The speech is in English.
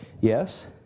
yes